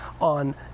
on